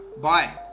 bye